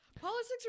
Politics